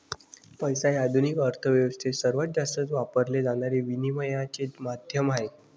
पैसा हे आधुनिक अर्थ व्यवस्थेत सर्वात जास्त वापरले जाणारे विनिमयाचे माध्यम आहे